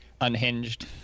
unhinged